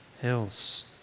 Hills